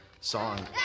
song